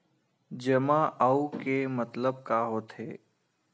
जमा आऊ के मतलब का होथे?